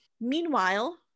Meanwhile